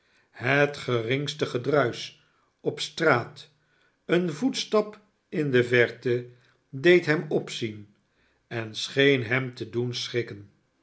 het geringste gedruis op de straat v een voetstap in de verte deed hem opzien en scheen hemtedoen schrikken